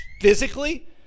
physically